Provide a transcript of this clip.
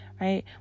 right